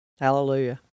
Hallelujah